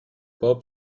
bob